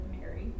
Mary